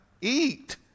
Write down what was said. eat